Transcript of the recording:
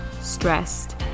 stressed